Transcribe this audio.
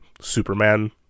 superman